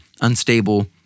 Unstable